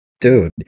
dude